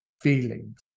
feelings